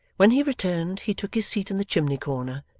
when he returned, he took his seat in the chimney corner,